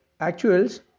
actuals